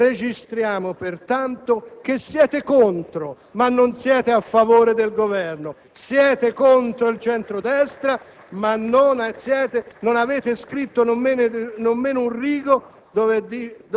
Tra poco la maggioranza voterà contro le mozioni presentate dal centro-destra, ma non ha avuto il coraggio di presentare una mozione di sostegno.